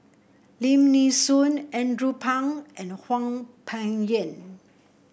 Lim Nee Soon Andrew Phang and Hwang Peng Yuan